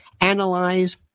analyze